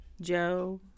Joe